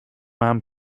man